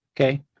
Okay